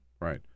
Right